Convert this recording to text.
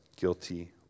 guilty